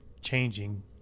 changing